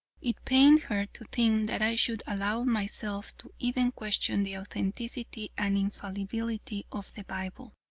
it pained her to think that i should allow myself to even question the authenticity and infallibility of the bible.